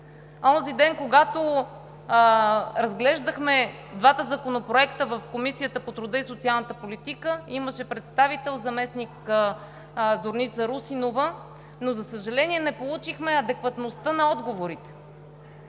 Онзи ден, когато разглеждахме двата законопроекта в Комисията по труда и социалната политика, имаше представител – заместник-министър Зорница Русинова, но, за съжаление, не получихме адекватни отговори.